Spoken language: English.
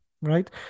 right